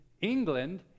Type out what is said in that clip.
England